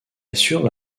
assure